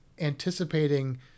anticipating